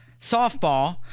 softball